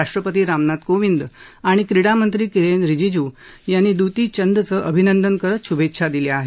राष्ट्रपती रामनाथ कोविंद आणि क्रीडामंत्री किरेन रिजीजू यांनी दुतीचंदचं अभिनंदन करत शुभेच्छा दिल्या आहेत